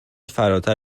فراتر